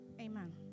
Amen